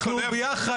אנחנו ביחד.